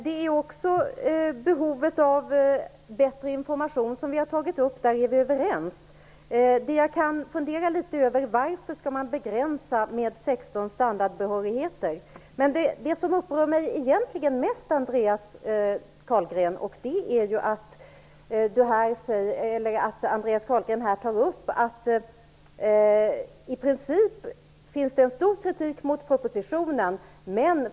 Det behov av bättre information som vi tagit upp är vi överens om. Vad jag litet grand kan fundera över är varför man skall begränsa sig till 16 standardbehörigheter. Men det som egentligen upprör mig mest är att Andreas Carlgren här säger att det i princip finns mycket kritik mot propositionen.